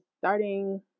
starting